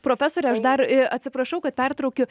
profesore aš dar atsiprašau kad pertraukiu